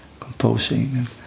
composing